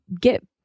get